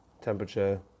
temperature